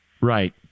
Right